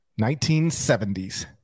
1970s